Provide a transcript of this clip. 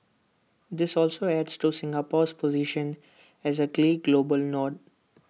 this also adds to Singapore's position as A key global node